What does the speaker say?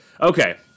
Okay